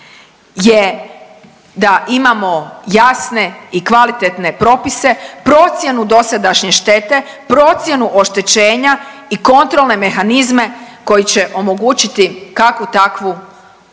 je da imamo jasne i kvalitetne propise, procjenu dosadašnje štete, procjenu oštećenja i kontrolne mehanizme koji će omogućiti kakvu takvu ne